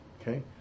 Okay